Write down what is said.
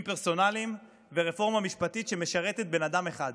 פרסונליים ורפורמה משפטית שמשרתת בן אדם אחד,